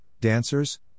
dancers